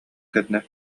кэннэ